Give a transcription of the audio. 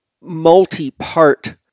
multi-part